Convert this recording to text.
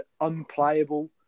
unplayable